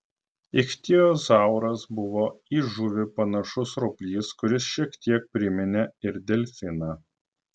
ichtiozauras buvo į žuvį panašus roplys kuris šiek tiek priminė ir delfiną